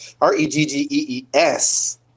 r-e-g-g-e-e-s